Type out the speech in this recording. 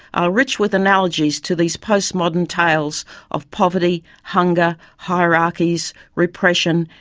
are rich with analogies to these postmodern tales of poverty, hunger, hierarchies, repression,